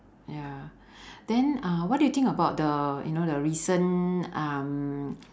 ya then uh what do you think about the you know the recent um